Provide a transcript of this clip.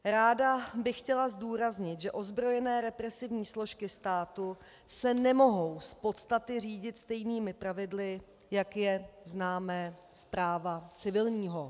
Ráda bych chtěla zdůraznit, že ozbrojené represivní složky státu se nemohou z podstaty řídit stejnými pravidly, jak je známe z práva civilního.